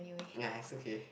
ya it's okay